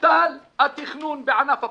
בוטל התכנון בענף הפטם.